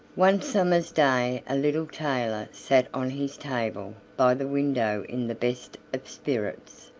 one summer's day a little tailor sat on his table by the window in the best of spirits,